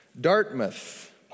Dartmouth